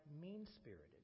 mean-spirited